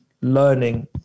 learning